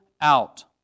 out